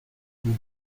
vous